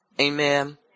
Amen